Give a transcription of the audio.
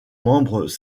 membres